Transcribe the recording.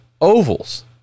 Ovals